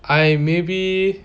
I maybe